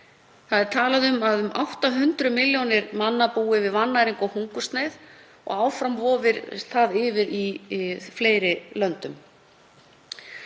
Talað er um að um 800 milljónir manna búi við vannæringu og hungursneyð og áfram vofir það yfir í fleiri löndum.